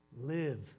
Live